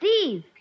Steve